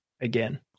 again